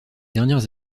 dernières